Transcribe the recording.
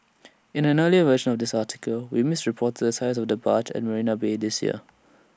in an earlier version this article we misreported size of the barge at marina bay this year